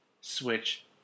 switch